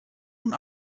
nun